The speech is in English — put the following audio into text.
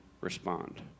respond